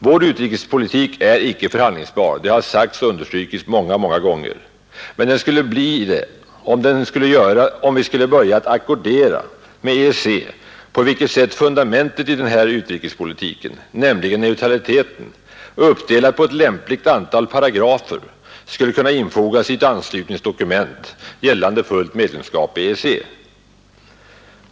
Vår utrikespolitik är icke förhandlingsbar — något som har understrukits många gånger — vilket den blev om vi skulle börja ackordera med EEC om på vilket sätt fundamentet i denna vår utrikespolitik, nämligen neutraliteten, uppdelad på ett lämpligt antal paragrafer skulle kunna infogas i ett anslutningsdokument gällande fullt medlemskap i EEC.